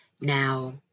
Now